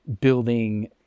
building